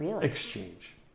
exchange